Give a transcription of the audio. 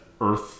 Earth